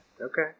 Okay